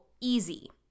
easy